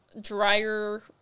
drier